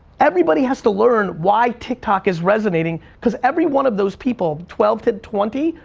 everybody has to learn why tiktok is resonating, cause everyone of those people, twelve to twenty,